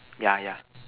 yeah yeah